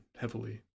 heavily